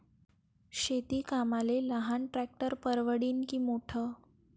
शेती कामाले लहान ट्रॅक्टर परवडीनं की मोठं?